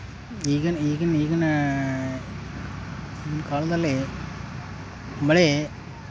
ಸಣ್ಣವು ನಾಲ್ಕು ಬೋಗಣಿ ಯಾ ಮೂರು ಸಾರು ಮಾಡೋ ಗುಂಡಿ